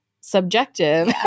subjective